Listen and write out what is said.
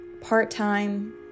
part-time